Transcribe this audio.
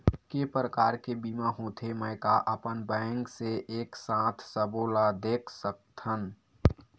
के प्रकार के बीमा होथे मै का अपन बैंक से एक साथ सबो ला देख सकथन?